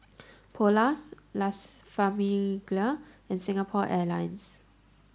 Polars Las Famiglia and Singapore Airlines